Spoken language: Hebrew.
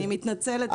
אני מתנצלת, מיכאל.